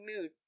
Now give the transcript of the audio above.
mood